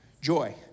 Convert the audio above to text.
Joy